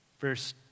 verse